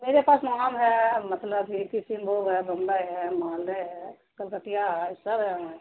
میرے پاس نام ہے مطلب یہ قسم بوگ ہے بمبئی ہے محالدے ہے کلکٹیا ہے سب ہے